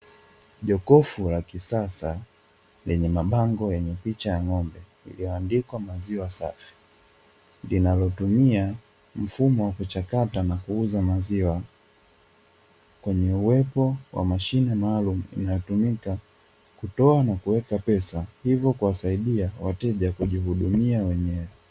Jokofu la kisasa lenye mapambo ya picha ya ng'ombe iliyoandika maziwa safi. Linalotumia mfumo kuchakata na kuuza maziwa kwenye uwepo wa mashine maalumu inayotumika kutoa na kuweka pesa, hivyo kuwasaidia wateja kujihudumia wenyewe.